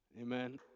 amen